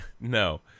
no